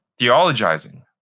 theologizing